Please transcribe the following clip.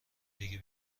دیگه